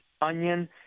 onion